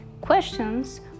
Questions